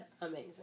amazing